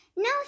No